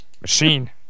machine